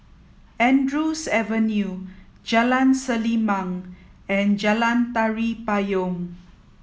Andrews Avenue Jalan Selimang and Jalan Tari Payong